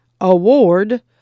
award